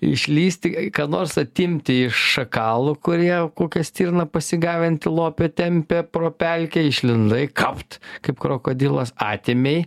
išlįsti ką nors atimti iš šakalų kurie kokią stirną pasigavę antilopę tempia pro pelkę išlindai kapt kaip krokodilas atėmei